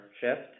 shift